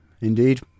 indeed